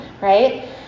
Right